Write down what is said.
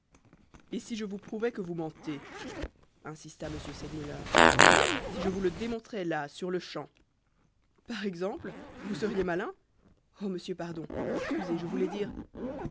et si je vous prouvais que vous mentez insista m segmuller si je vous le démontrais là sur-le-champ par exemple vous seriez malin oh monsieur pardon excusez je voulais dire